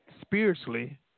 spiritually